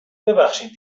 ببخشید